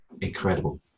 incredible